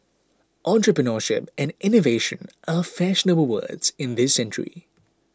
entrepreneurship and innovation are fashionable words in this century